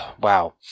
Wow